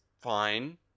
fine